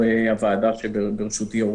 הוועדה שבראשותי.